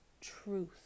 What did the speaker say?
truth